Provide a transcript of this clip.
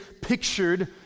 pictured